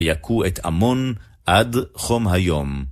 יכו את עמון עד חום היום.